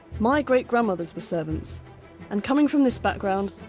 my great-grandmothers were servants and, coming from this background,